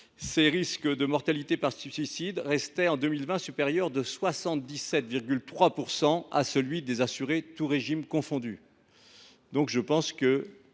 le risque de mortalité par suicide restait en 2020 supérieur de 77,3 % à celui des assurés tous régimes confondus.